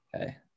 Okay